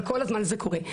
אבל כל הזמן זה קורה.